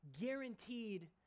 guaranteed